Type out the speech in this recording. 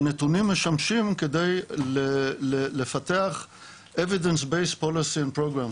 והנתונים משמשים כדי לפתח evidence-based policy in program,